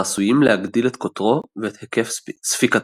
עשויים להגדיל את קוטרו ואת היקף ספיקתו.